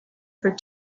for